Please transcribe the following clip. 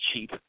cheap